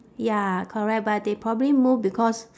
ya correct but they probably move because